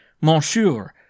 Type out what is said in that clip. monsieur